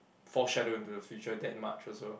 foreshadow into the future that much also